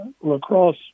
lacrosse